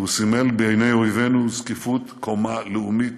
כי הוא סימל בעיני אויבינו זקיפות קומה לאומית,